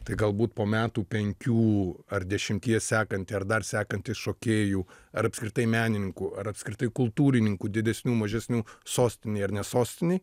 tai galbūt po metų penkių ar dešimties sekanti ar dar sekanti šokėjų ar apskritai menininkų ar apskritai kultūrininkų didesnių mažesnių sostinėj ar ne sostinėj